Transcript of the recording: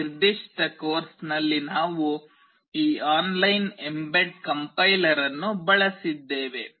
ಈ ನಿರ್ದಿಷ್ಟ ಕೋರ್ಸ್ನಲ್ಲಿ ನಾವು ಈ ಆನ್ಲೈನ್ ಎಂಬೆಡ್ ಕಂಪೈಲರ್ ಅನ್ನು ಬಳಸಿದ್ದೇವೆ